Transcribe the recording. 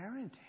parenting